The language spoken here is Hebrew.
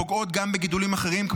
פוגעות גם בגידולים אחרים,